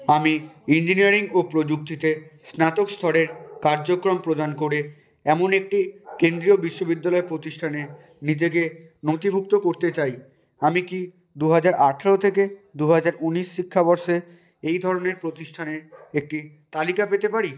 আমি ইঞ্জিনিয়ারিং ও প্রযুক্তিতে স্নাতক স্তরের কার্যক্রম প্রদান করে এমন একটি কেন্দ্রীয় বিশ্ববিদ্যালয় প্রতিষ্ঠানে নিজেকে নথিভুক্ত করতে চাই আমি কি দু হাজার আঠেরো থেকে দু হাজার ঊনিশ শিক্ষাবর্ষে এই ধরনের প্রতিষ্ঠানের একটি তালিকা পেতে পারি